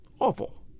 awful